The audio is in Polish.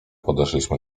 podeszliśmy